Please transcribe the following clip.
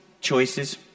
choices